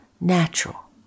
natural